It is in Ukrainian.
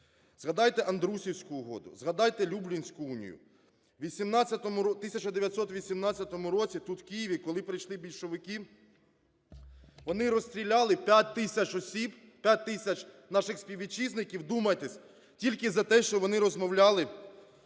Згадайте Андрусівську угоду, згадайте Люблінську унію. В 1918 році тут в Києві, коли прийшли більшовики, вони розстріляли 5 тисяч осіб, 5 тисяч наших співвітчизників, вдумайтесь, тільки за те, що вони розмовляли